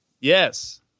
Yes